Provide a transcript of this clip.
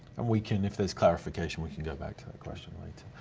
and we can, if there's clarification, we can go back to that question later.